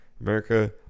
America